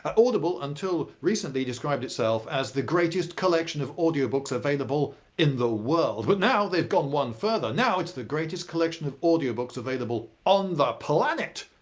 ah audible, until recently, described itself as the greatest collection of audio books available in the world. but now they've gone one further, now it's the greatest collection of audio books available on the planet.